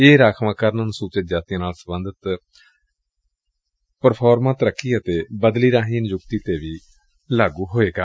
ਇਹ ਰਾਖਵਾਂਕਰਨ ਅਨੁਸੁਚਿਤ ਜਾਤੀਆਂ ਨਾਲ ਸਬੰਧਤ ਲਈ ਪ੍ਰੋਫਾਰਮਾ ਤਰੱਕੀ ਅਤੇ ਬਦਲੀ ਰਾਹੀਂ ਨਿਯੁਕਤੀ ਤੇ ਵੀ ਲਾਗੁ ਹੋਵੇਗਾ